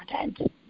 content